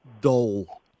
dull